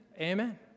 Amen